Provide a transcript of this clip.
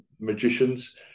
magicians